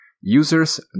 users